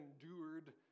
endured